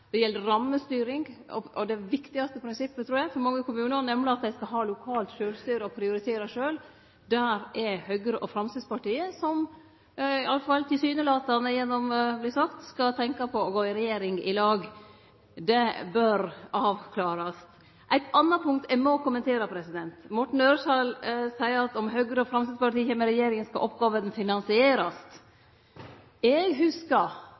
det gjeld rammestyring og det viktigaste prinsippet, trur eg, for mange kommunar, nemleg at dei skal ha lokalt sjølvstyre og prioritere sjølve. Høgre og Framstegspartiet som – i alle fall tilsynelatande gjennom det som vert sagt – skal tenkje på å gå i regjering i lag, bør avklare det. Eit anna punkt eg må kommentere: Morten Ørsal Johansen seier at om Høgre og Framstegspartiet kjem i regjering, skal oppgåvene finansierast. Eg